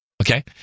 Okay